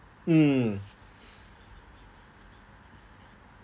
mm